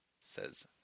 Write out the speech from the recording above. says